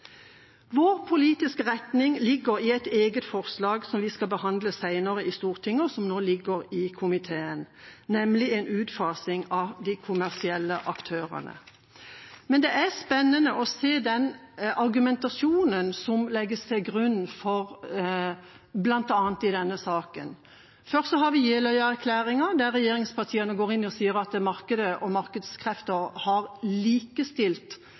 Vår politiske retning ligger i et eget forslag som vi skal behandle senere i Stortinget, og som nå ligger i komiteen, nemlig en utfasing av de kommersielle aktørene. Men det er spennende å se den argumentasjonen som legges til grunn, bl.a. i denne saken. Først har vi Jeløya-erklæringen, der regjeringspartiene sier at markedet og markedskreftene har likestilt